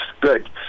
Good